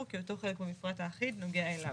כי אותו חלק מהמפרט האחיד נוגע אליו.